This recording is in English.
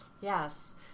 Yes